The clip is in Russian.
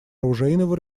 оружейного